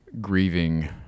grieving